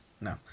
no